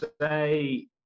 say